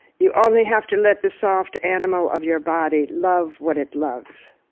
you only have to let the soft animal of your body love what it loves.